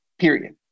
period